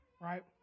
Right